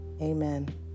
Amen